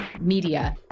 media